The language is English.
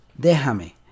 Déjame